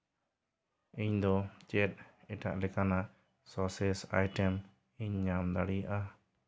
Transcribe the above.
ᱤᱧᱫᱚ ᱪᱮᱫ ᱮᱴᱟᱜ ᱞᱮᱠᱟᱱᱟᱜ ᱥᱚᱥᱮᱥ ᱟᱭᱴᱮᱢ ᱤᱧ ᱧᱟᱢ ᱫᱟᱲᱮᱭᱟᱜᱼᱟ